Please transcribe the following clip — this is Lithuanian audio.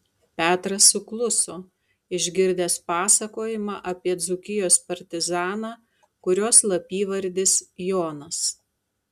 petras sukluso išgirdęs pasakojimą apie dzūkijos partizaną kurio slapyvardis jonas